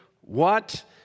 What